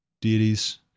deities